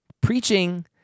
preaching